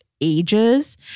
ages